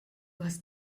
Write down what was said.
hast